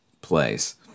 place